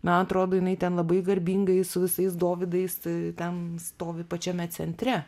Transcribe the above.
man atrodo jinai ten labai garbingai su visais dovydais tai ten stovi pačiame centre